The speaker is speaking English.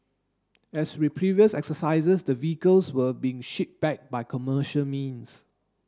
as with previous exercises the vehicles were being shipped back by commercial means